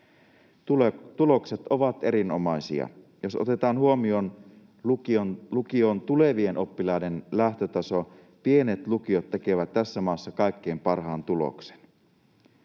Tulokset ovat erinomaisia. Jos otetaan huomioon lukioon tulevien oppilaiden lähtötaso, pienet lukiot tekevät tässä maassa kaikkein parhaan tuloksen.